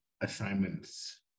assignments